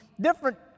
Different